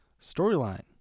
Storyline